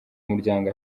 umuryango